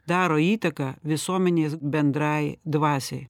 daro įtaką visuomenės bendrai dvasiai